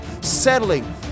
settling